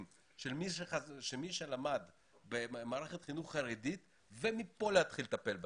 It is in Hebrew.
של מי שלמד במערכת חינוך חרדית ומכאן להתחיל לטפל בהם.